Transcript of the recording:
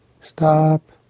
Stop